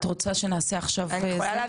את רוצה להעביר לי את הקישור בזכותון?